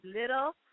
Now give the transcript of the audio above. little